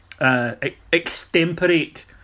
Extemporate